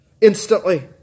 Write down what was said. instantly